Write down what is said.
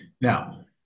Now